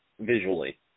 visually